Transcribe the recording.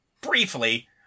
briefly